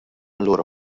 allura